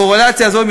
הקורלציה הזאת,